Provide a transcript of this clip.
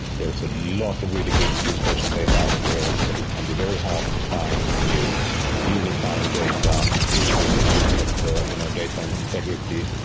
there's a lot of really good geospatial data out there, but it can be very hard to find and use unifying data, dealing with issues of you know data and integrity,